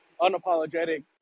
unapologetic